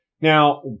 Now